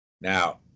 Now